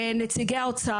נציגי האוצר,